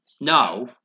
No